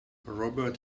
robert